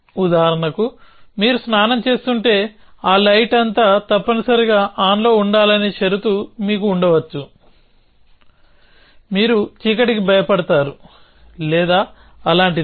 ఉదాహరణకు మీరు స్నానం చేస్తుంటే ఆ లైట్ అంతా తప్పనిసరిగా ఆన్లో ఉండాలనే షరతు మీకు ఉండవచ్చు మీరు చీకటికి భయపడతారు లేదా అలాంటిదే